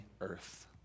earth